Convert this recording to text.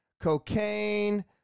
cocaine